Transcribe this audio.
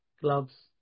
gloves